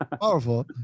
Powerful